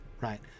right